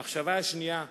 המחשבה השנייה היתה,